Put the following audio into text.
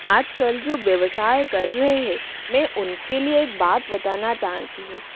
आजकल जो व्यवसाय कर रहे हैं मैं उनके लिए एक बात बताना जानती हूँ